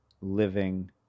living